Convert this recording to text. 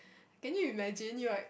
can you imaging you are